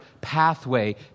pathway